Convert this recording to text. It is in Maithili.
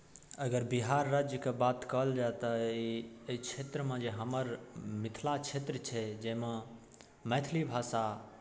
अगर बिहार राज्यके बात कयल जाय तऽ ई एहि क्षेत्रमे जे हमर मिथिला क्षेत्र छै जाहिमे मैथिली भाषा